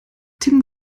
tim